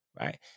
Right